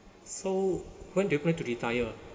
so when do you plan to retire